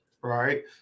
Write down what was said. right